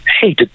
hey